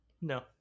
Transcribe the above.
No